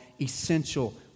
Essential